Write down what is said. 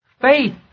faith